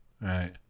Right